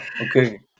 Okay